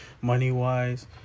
money-wise